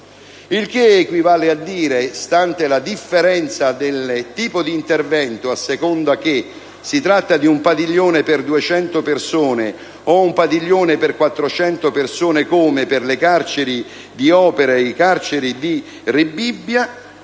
Ciò equivale a dire, stante la differenza del tipo di intervento, a seconda che si tratti di un padiglione per 200 persone o di un padiglione per 400 persone, come per le carceri di Opera e di Rebibbia,